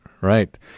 right